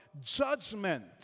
judgment